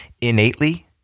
innately